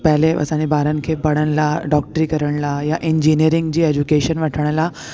पहले असांजे ॿारनि खे पढ़नि लाइ डॉक्टरी करण लाइ या इंजिनियरिंग जी एज्युकेशन वठण लाइ